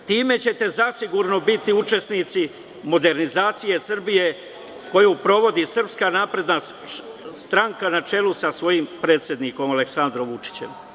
Time ćete zasigurno biti učesnici modernizacije Srbije, koju provodi SNS na čelu sa svojim predsednikom Aleksandrom Vučićem.